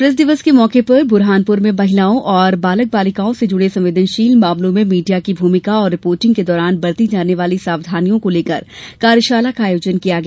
press दिवस के मौके पर ब्रहानपुर में महिलाओं और बालक बालिकाओं से जुड़े संवेदनशील मामलों में मीडिया की भूमिका और रिपोर्टिंग के दौरान बरती जाने वाली सावधानियों को लेकर कार्यशाला का आयोजन किया गया